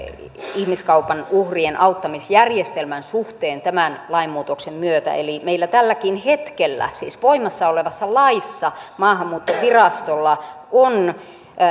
ihmiskaupan uhrien auttamisjärjestelmän suhteen tämän lainmuutoksen myötä eli meillä tälläkin hetkellä siis voimassa olevassa laissa maahanmuuttovirastolla on